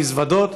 במזוודות.